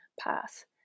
path